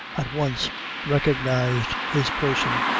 at once recognized his person,